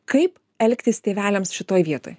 kaip elgtis tėveliams šitoj vietoj